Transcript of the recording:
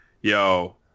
yo